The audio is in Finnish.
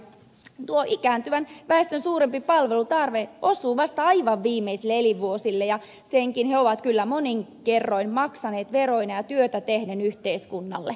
tuon ikääntyvän väestön suurempi palvelutarve osuu vasta aivan viimeisille elinvuosille ja senkin he ovat kyllä monin kerroin maksaneet veroina ja työtä tehden yhteiskunnalle